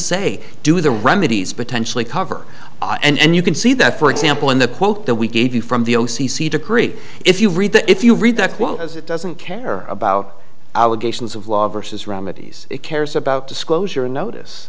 say do the remedies potentially cover and you can see that for example in the quote that we gave you from the o c c decree if you read the if you read that quote as it doesn't care about allegations of law versus remedies it cares about disclosure notice